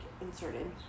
inserted